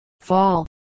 fall